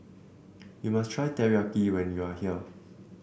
you must try Teriyaki when you are here